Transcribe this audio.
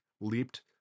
leaped